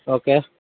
okay